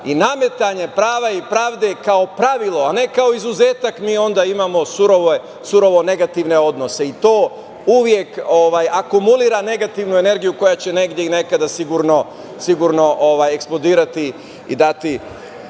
i nametanje prava i pravde kao pravilo, a ne kao izuzetak, mi onda imamo surovo negativne odnose i to uvek akumulira negativnu energiju koja će negde i nekada sigurno eksplodirati i dati